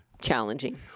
challenging